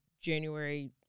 January